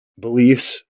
beliefs